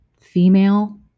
female